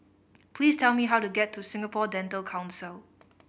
please tell me how to get to Singapore Dental Council